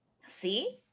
See